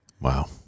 Wow